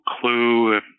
clue